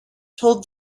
told